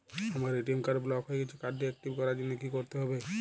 আমার ATM card block হয়ে গেছে কার্ড টি একটিভ করার জন্যে কি করতে হবে?